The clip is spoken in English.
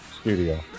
studio